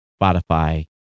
Spotify